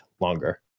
longer